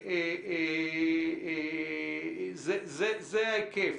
זה ההיקף.